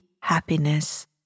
happiness